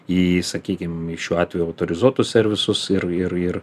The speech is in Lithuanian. į sakykim į šiuo atveju autorizuotus servisus ir ir ir